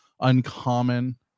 uncommon